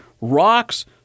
rocks